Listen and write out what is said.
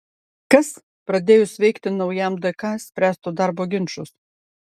kas pradėjus veikti naujam dk spręstų darbo ginčus